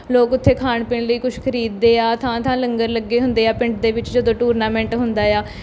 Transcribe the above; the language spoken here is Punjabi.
ਲੋਕ ਉੱਥੇ ਖਾਣ ਪੀਣ ਲਈ ਕੁਛ ਖਰੀਦਦੇ ਆ ਥਾਂ ਥਾਂ ਲੰਗਰ ਲੱਗੇ ਹੁੰਦੇ ਆ ਪਿੰਡ ਦੇ ਵਿੱਚ ਜਦੋਂ ਟੂਰਨਾਮੈਂਟ ਹੁੰਦਾ ਆ